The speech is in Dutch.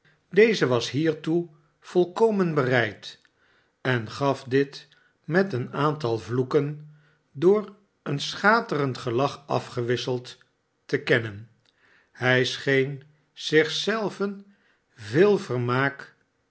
deze was hiertoe volkomen bereid en gaf dit met een aantal vloeken door een schaterend gelach afgewisseld te kennen hij scheen zich zelven veel vermaak